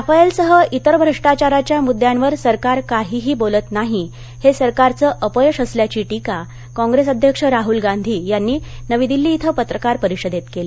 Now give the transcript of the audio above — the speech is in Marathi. राफाएलसह इतर भ्रष्टाचाराच्या मुद्द्यांवर सरकार काहीही बोलत नाही हे सरकारचं अपयश असल्याची टीका कॉप्रेस अध्यक्ष राहुल गांधी यांनी नवी दिल्ली इथं पत्रकार परिषदेत केली